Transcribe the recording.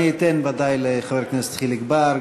אני ודאי אתן לחבר הכנסת חיליק בר,